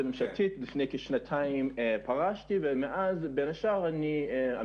המורכבות המדינית-ביטחונית של מדינת ישראל באזור ובעולם